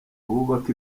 bubaka